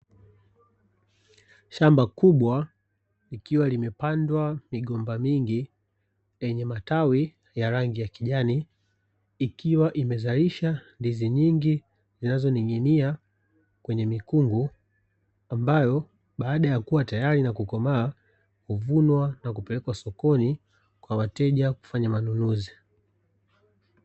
Shamba kubwa, likiwa limepandwa migomba mingi yenye matawi ya rangi ya kijani, ikiwa imezalisha ndizi nyingi zinazoning'inia kwenye mikungu, ambayo baada ya kuwa tayari na kukomaa huvunwa na kupelekwa sokoni kwa wateja kufanya manunuzi.